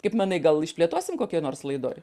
kaip manai gal išplėtosim kokioj nors laidoj